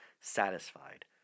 satisfied